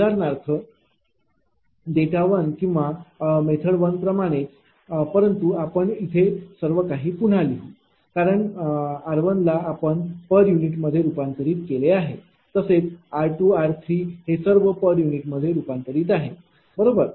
उदाहरणार्थ उदाहरणार्थ डेटा 1 किंवा पद्धत 1 प्रमाणेच परंतु आपण येथे सर्वकाही पुन्हा लिहिले आहे कारण r1ला आपण पर युनिटमध्ये रूपांतरित आहे r2 r3 हे सर्व पर युनिटमध्ये रूपांतरित आहेत बरोबर